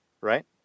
right